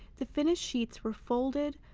the finished sheets were folded,